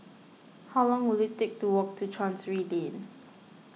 how long will it take to walk to Chancery Lane